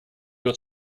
got